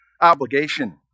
obligation